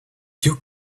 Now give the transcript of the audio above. you